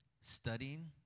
studying